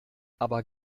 aber